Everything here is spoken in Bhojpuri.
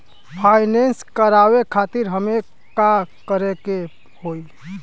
फाइनेंस करावे खातिर हमें का करे के होई?